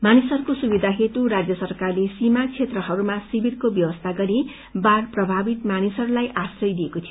मानिसहरूको सुविधा हेतु राज्य सरकारले सीमा क्षेत्रहरूमा शिविरको व्यवस्था गरी बाढ़ प्रभावित मानिसहरूलाई आश्रय दिइएको थियो